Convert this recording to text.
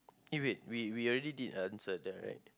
eh wait we we already did answer that right